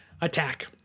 attack